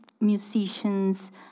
musicians